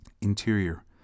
Interior